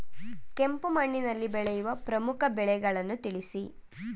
ಕೆಂಪು ಮಣ್ಣಿನಲ್ಲಿ ಬೆಳೆಯುವ ಪ್ರಮುಖ ಬೆಳೆಗಳನ್ನು ತಿಳಿಸಿ?